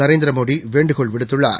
நரேந்திரமோடிவேண்டுகோள் விடுத்துள்ளார்